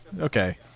Okay